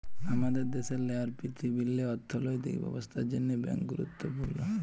আমাদের দ্যাশেল্লে আর পীরথিবীল্লে অথ্থলৈতিক ব্যবস্থার জ্যনহে ব্যাংক গুরুত্তপুর্ল